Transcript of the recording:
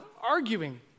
arguing